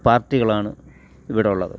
പാർട്ടികളാണ് ഇവിടുള്ളത്